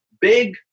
big